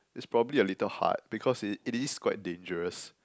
it's probably a little hard because it it is quite dangerous